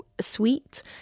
sweet